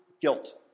guilt